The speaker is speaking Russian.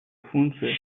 функции